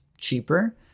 cheaper